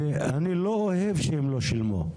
אני לא אוהב שהם לא שילמו,